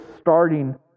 starting